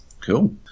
Cool